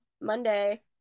Monday